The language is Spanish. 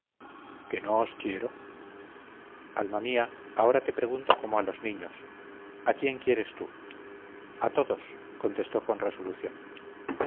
que no os quiero alma mía ahora te pregunto como a los niños a quién quieres tú a todos contestó con resolución